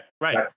right